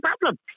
problem